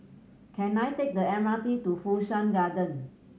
can I take the M R T to Fu Shan Garden